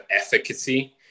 efficacy